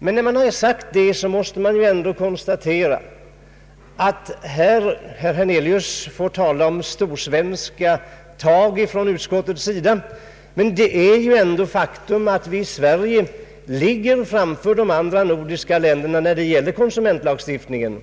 Herr Hernelius får tala om storsvenska tag från utskottets sida, men det är ju ändå ett faktum ati Sverige ligger före de andra nordiska länderna när det gäller konsumentlagstiftningen.